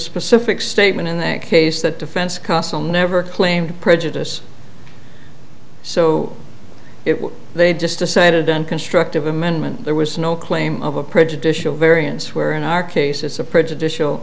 specific statement in that case that defense counsel never claimed prejudice so if they'd just decided on constructive amendment there was no claim of a prejudicial variance where in our case it's a prejudicial